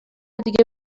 دیگه